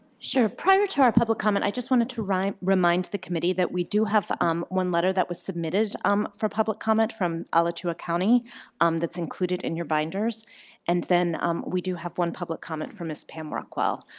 sure. prior to our public comment i just wanted to remind the committee that we do have um one letter that was submitted um for public comment from alachua county um that's included in your binders and then we do have one public comment from ms. pam rockwell.